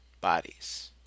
bodies